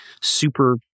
super